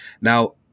Now